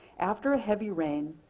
after a heavy rain,